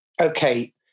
Okay